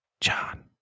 John